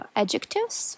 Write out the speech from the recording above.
adjectives